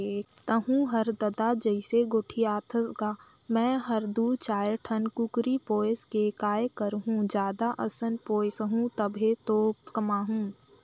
तहूँ हर ददा जइसे गोठियाथस गा मैं हर दू चायर ठन कुकरी पोयस के काय करहूँ जादा असन पोयसहूं तभे तो कमाहूं